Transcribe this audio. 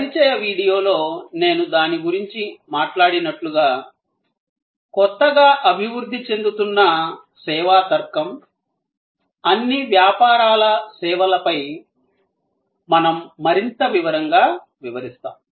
పరిచయ వీడియోలో నేను దాని గురించి మాట్లాడినట్లుగా కొత్తగా అభివృద్ధి చెందుతున్న సేవా తర్కం అన్ని వ్యాపారాల సేవల పై మేము మరింత వివరంగా వివరిస్తాము